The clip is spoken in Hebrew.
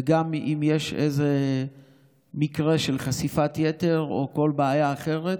וגם אם יש איזה מקרה של חשיפת יתר או כל בעיה אחרת,